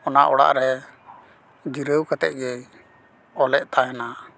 ᱚᱱᱟ ᱚᱲᱟᱜ ᱨᱮ ᱡᱤᱨᱟᱹᱣ ᱠᱟᱛᱮ ᱜᱮ ᱚᱞᱮᱫ ᱛᱟᱦᱮᱱᱟ